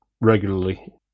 regularly